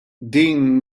din